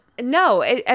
no